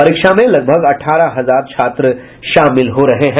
परीक्षा में लगभग अठारह हजार छात्र शामिल हो रहे हैं